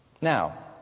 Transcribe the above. Now